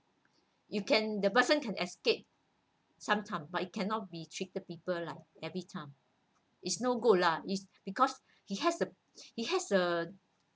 you can the person can escape some time but it cannot be treated people like every time it's no good lah it's because he has a he has a